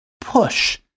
push